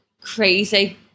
Crazy